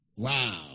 Wow